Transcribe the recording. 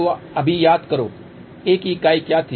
तो अभी याद करो A की इकाई क्या थी